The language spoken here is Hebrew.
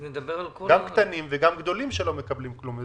גם קטנים וגם גדולים שלא מקבלים כלום.